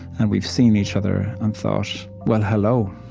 and we've seen each other and thought, well, hello.